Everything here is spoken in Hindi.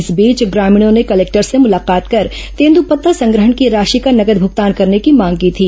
इस बीच ग्रामीणों ने कलेक्टर से मुलाकात कर तेंद्रपत्ता संग्रहण की राशि का नगद भुगतान करने की मांग की थी